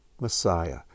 Messiah